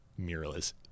mirrorless